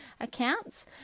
accounts